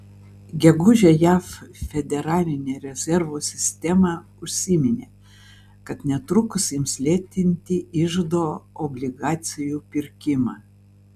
gegužę jav federalinė rezervų sistema užsiminė kad netrukus ims lėtinti iždo obligacijų pirkimą